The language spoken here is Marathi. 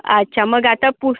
अच्छा मग आता पु